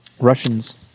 Russians